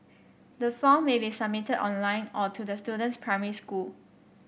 the form may be submitted online or to the student's primary school